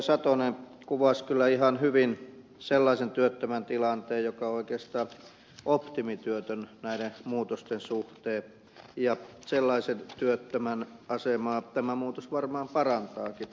satonen kuvasi kyllä ihan hyvin sellaisen työttömän tilanteen joka on oikeastaan optimityötön näiden muutosten suhteen ja sellaisen työttömän asemaa tämä muutos varmaan parantaakin